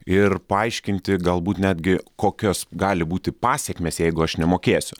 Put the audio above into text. ir paaiškinti galbūt netgi kokios gali būti pasekmės jeigu aš nemokėsiu